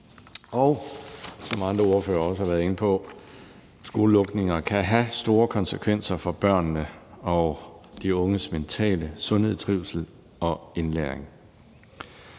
Som andre ordførere også har været inde på, kan skolelukninger have store konsekvenser for børnene og de unges mentale sundhed, trivsel og indlæring.